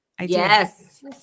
Yes